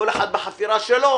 כל אחד בחפירה שלו,